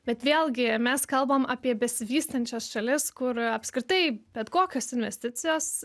bet vėlgi mes kalbam apie besivystančias šalis kur apskritai bet kokios investicijos